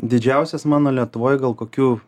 didžiausias mano lietuvoj gal kokių